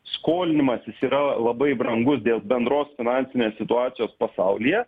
skolinimasis yra labai brangus dėl bendros finansinės situacijos pasaulyje